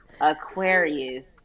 Aquarius